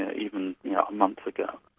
ah even, you know, a month ago.